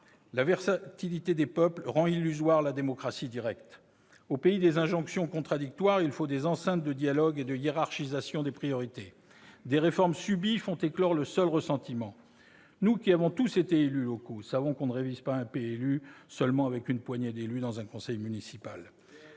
La versatilité des peuples rend illusoire la démocratie directe. Au pays des injonctions contradictoires, il faut des enceintes de dialogue et de hiérarchisation des priorités. Des réformes subies font éclore le seul ressentiment. Nous qui avons tous été élus locaux savons qu'on ne révise pas un plan local d'urbanisme seulement avec une poignée d'élus dans un conseil municipal.